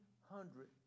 hundred